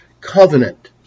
covenant